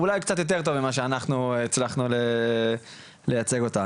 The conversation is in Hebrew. אולי אפילו קצת יותר טוב ממה שאנחנו הצלחנו להציג אותה,